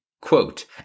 quote